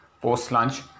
post-lunch